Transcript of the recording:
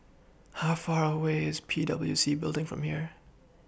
How Far away IS P W C Building from here